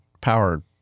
power